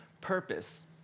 purpose